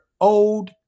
old